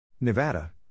Nevada